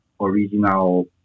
original